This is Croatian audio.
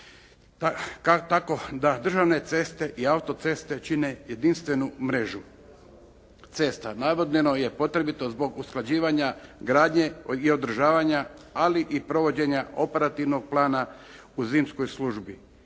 tako da državne ceste i auto-ceste čine jedinstvenu mrežu cesta. Navedeno je potrebito zbog usklađivanja gradnje i održavanja ali i provođenja operativnog plana u zimskoj službi.